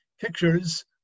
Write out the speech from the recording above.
pictures